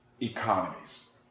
economies